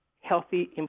healthy